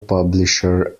publisher